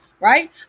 right